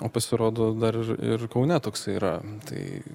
o pasirodo dar ir ir kaune toks yra tai